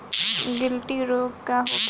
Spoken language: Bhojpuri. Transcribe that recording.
गिल्टी रोग का होखे?